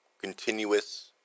continuous